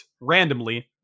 randomly